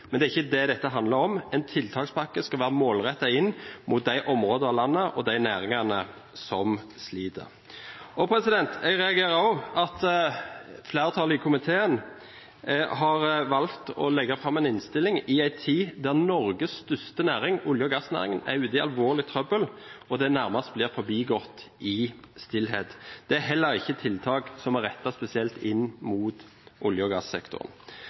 men det er ikke det dette handler om. En tiltakspakke skal være målrettet inn mot de områder av landet og de næringene som sliter. Jeg reagerer også på at flertallet i komiteen har valgt å legge fram en innstilling i en tid da Norges største næring, olje- og gassnæringen, er ute i alvorlig trøbbel og dette nærmest blir forbigått i stillhet. Det er heller ikke tiltak som er rettet spesielt inn mot olje- og gassektoren.